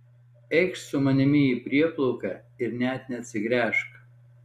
eikš su manimi į prieplauką ir net neatsigręžk